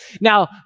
Now